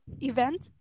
event